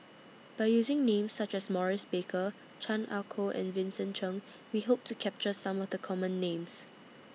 By using Names such as Maurice Baker Chan Ah Kow and Vincent Cheng We Hope to capture Some of The Common Names